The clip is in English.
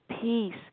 peace